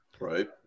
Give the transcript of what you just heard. Right